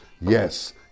yes